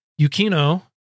Yukino